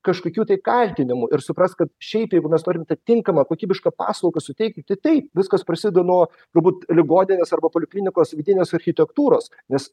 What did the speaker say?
kažkokių tai kaltinimų ir suprast kad šiaip jeigu mes norim tą tinkamą kokybišką paslaugą suteikti tai taip viskas prasideda nuo galbūt ligoninės arba poliklinikos vidinės architektūros nes